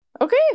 Okay